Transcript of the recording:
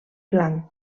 blanc